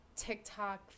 TikTok